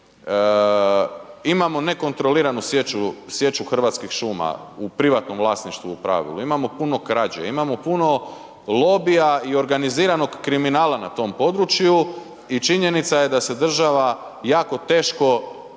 imamo nekontroliranu sječu hrvatskih šuma u privatnom vlasništvu u pravilu, imamo puno krađe, imamo puno lobija i organiziranog kriminala na tom području i činjenica je da se država jako teško